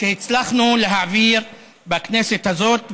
שהצלחנו להעביר בכנסת הזאת,